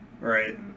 right